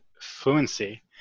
fluency